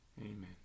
amen